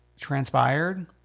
transpired